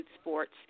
sports